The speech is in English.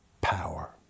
power